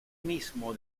mismo